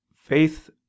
Faith